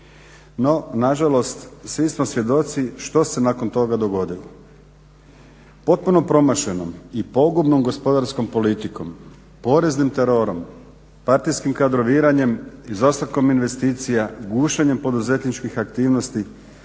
No nažalost svi smo svjedoci što se nakon toga dogodilo. Potpunom promašenom i pogubnom gospodarskom politikom, poreznim terorom, partijskim kadroviranjem, izostankom investicija, gušenjem poduzetničkih aktivnosti